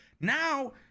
now